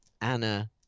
Anna